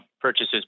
purchases